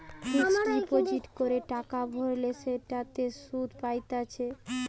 fixed deposit করে টাকা ভরলে সেটাতে সুধ পাইতেছে